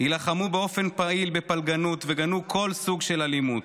הילחמו באופן פעיל בפלגנות וגנו כל סוג של אלימות.